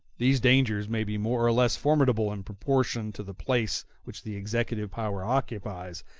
these dangers may be more or less formidable in proportion to the place which the executive power occupies,